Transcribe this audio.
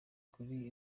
kuri